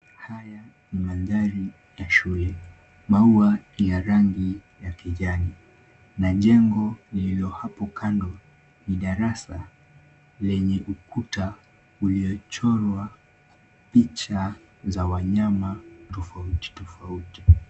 Haya ni magari ya shule, maua ya rangi ya kijani na jengo lililo hapo kando ni darasa lenye ukuta uliochorwa picha za wanyama tofauti tofauti.